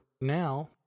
now